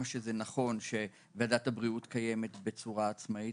נכון שוועדת הבריאות קיימת בצורה עצמאית.